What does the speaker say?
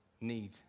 need